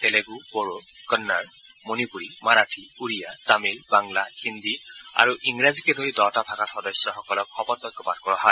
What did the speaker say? তেলেণ্ড বড়ো কানাডা মণিপুৰী মাৰাঠী উৰিয়া তামিল বাংলা হিন্দী আৰু ইংৰাজীকে ধৰি দহটা ভাষাত সদস্যসকলক শপতবাক্য পাঠ কৰোৱায়